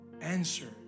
Answer